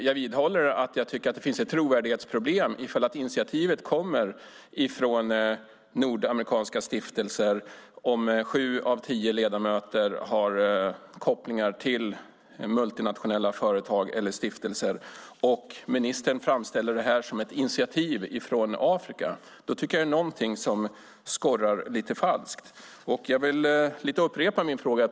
Jag vidhåller att det finns ett trovärdighetsproblem ifall initiativet kommer från nordamerikanska stiftelser och sju av nio ledamöter har kopplingar till multinationella företag eller stiftelser och ministern framställer det som ett initiativ från Afrika. Det är någonting som skorrar lite falskt. Jag vill upprepa min fråga.